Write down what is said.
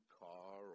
car